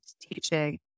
teaching